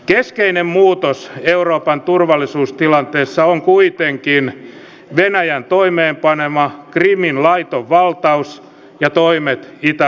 keskeinen muutos euroopan turvallisuustilanteessa on kuitenkin venäjän toimeenpanema krimin laiton valtaus ja toimet itä ukrainassa